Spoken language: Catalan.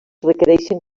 requereixen